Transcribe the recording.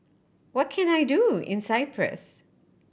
what can I do in Cyprus